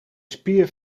spier